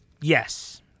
Yes